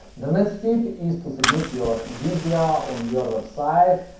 the next tip is to submit your video on your website.